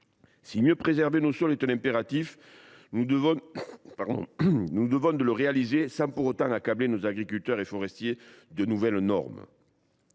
Mieux préserver nos sols est un impératif auquel nous nous devons de souscrire sans pour autant accabler nos agriculteurs et forestiers de nouvelles normes.